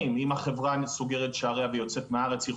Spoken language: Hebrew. היא יכולה לשלם עד פי 6. אם היא נשארת